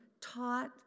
taught